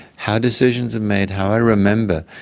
how decisions are made, how i remember.